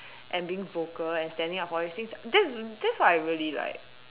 and being vocal and standing up for these things that that is what I really like